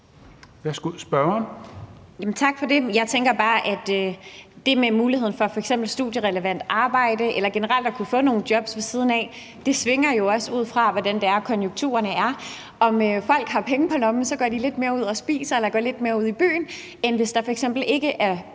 Tak for det. Jeg tænker bare, at det med muligheden for f.eks. studierelevant arbejde eller generelt at kunne få nogle jobs ved siden af jo også svinger, ud fra hvordan konjunkturerne er. Når folk har penge på lommen, går de lidt mere ud og spiser eller går lidt med ud i byen, end hvis der f.eks. ikke er